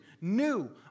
New